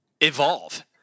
evolve